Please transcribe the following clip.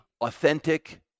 authentic